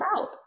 out